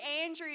Andrew